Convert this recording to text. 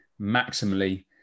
maximally